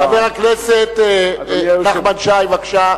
חבר הכנסת נחמן שי, בבקשה.